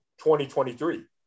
2023